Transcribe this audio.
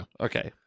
okay